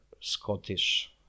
Scottish